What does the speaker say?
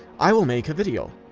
i will make a video.